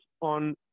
on